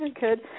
good